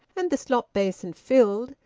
and the slop-basin filled,